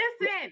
Listen